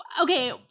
Okay